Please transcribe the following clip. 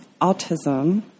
autism